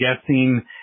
guessing